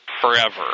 forever